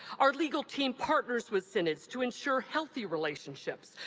our legal team partners with synods to ensure healthy relationships,